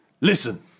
listen